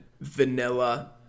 vanilla